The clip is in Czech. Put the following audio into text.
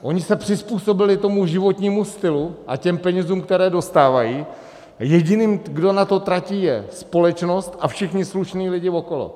Oni se přizpůsobili tomu životnímu stylu a penězům, které dostávají, a jediným, kdo na tom tratí, je společnost a všichni slušní lidé okolo.